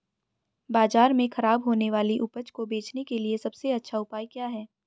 बाजार में खराब होने वाली उपज को बेचने के लिए सबसे अच्छा उपाय क्या है?